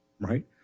right